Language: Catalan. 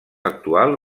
actual